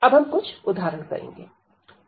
अब हम कुछ उदाहरण करेंगे